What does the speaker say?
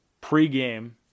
pre-game